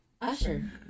Usher